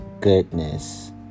goodness